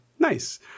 Nice